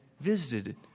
visited